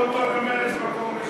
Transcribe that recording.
בגלל זה בחרנו אותו במרצ למקום ראשון.